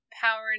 power